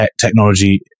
technology